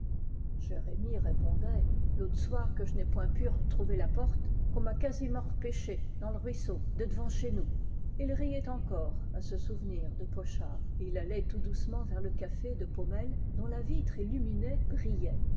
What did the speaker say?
jérémie répondait l'aut soir que je n'ai point pu r'trouver la porte qu'on m'a quasiment r'pêché dans le ruisseau de d'vant chez nous et il riait encore à ce souvenir de pochard et il allait tout doucement vers le café de paumelle dont la vitre illuminée brillait